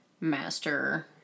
master